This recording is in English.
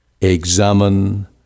examine